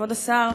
כבוד השר,